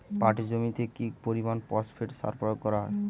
পাটের জমিতে কি পরিমান ফসফেট সার প্রয়োগ করব?